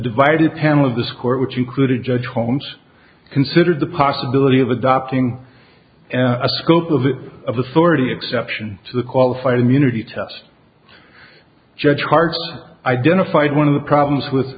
divided panel of this court which included judge holmes considered the possibility of adopting and a scope of it of authority exception to the qualified immunity test judge hart identified one of the problems with